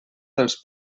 dels